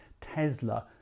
Tesla